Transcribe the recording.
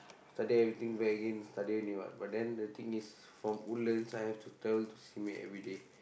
study everything back again study only what but then the thing is from Woodlands I have to travel to Simei every day